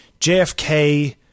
JFK